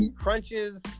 crunches